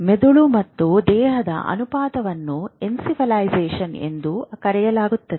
ಮೆದುಳು ಮತ್ತು ದೇಹದ ಅನುಪಾತವನ್ನು ಎನ್ಸೆಫಲೈಸೇಶನ್ ಎಂದು ಕರೆಯಲಾಗುತ್ತದೆ